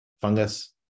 fungus